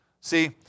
See